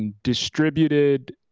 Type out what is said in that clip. and distributed.